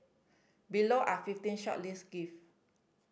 below are fifteen shortlisted gift